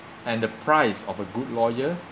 and the price of a good lawyer